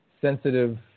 sensitive